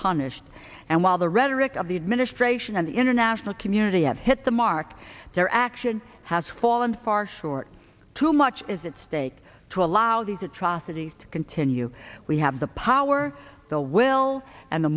unpunished and while the rhetoric of the administration and the international community have hit the mark their action has fallen far short too much is at stake to allow these atrocities to continue we have the power the will and the